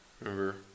Remember